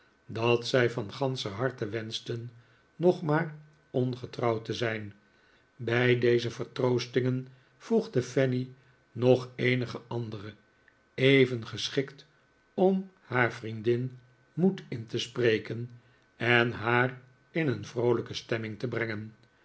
dat zij van ganscher harte wenschten nog maar ongetrouwd te zijn bij deze vertroostingen voegde fanny nog eenige andere even geschikt om haar vriendin moed in te spreken en haar in een vroolijke stemming te brengen